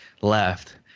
left